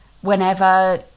whenever